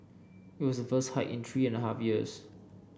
it was the first hike in three and a half years